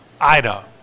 Ida